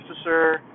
officer